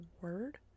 word